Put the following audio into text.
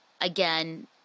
again